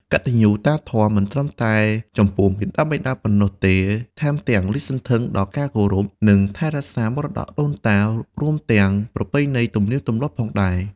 កតញ្ញុតាធម៌មិនត្រឹមតែចំពោះមាតាបិតាប៉ុណ្ណោះទេ ថែមទាំងលាតសន្ធឹងដល់ការគោរព និងថែរក្សាមរតកដូនតា រួមទាំងប្រពៃណីទំនៀមទម្លាប់ផងដែរ។